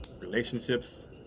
relationships